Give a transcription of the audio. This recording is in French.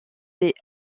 des